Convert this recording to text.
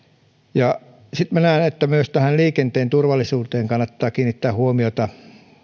sitten minä näen että myös liikenteen turvallisuuteen kannattaa kiinnittää huomiota